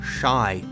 Shy